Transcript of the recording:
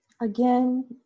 again